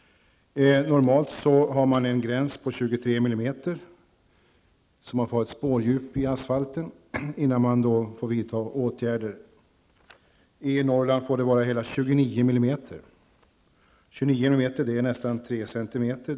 Normalt tillämpas en gräns vid 23 mm spårdjup i asfalten innan åtgärder måste vidtas. I Norrland går gränsen vid hela 29 mm, dvs. nästan tre centimeter.